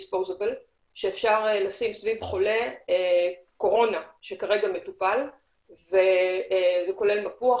שאפשר לשים סביב חולה קורונה שכרגע מטופל וזה כולל מפוח